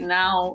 now